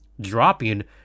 dropping